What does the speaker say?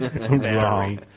Wrong